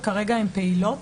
שכרגע הן פעילות,